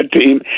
team